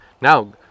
now